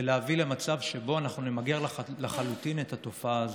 להביא למצב שבו נמגר לחלוטין את התופעה הזאת.